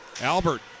Albert